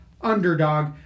underdog